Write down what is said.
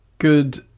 good